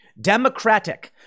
Democratic